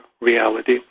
reality